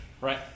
Right